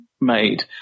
made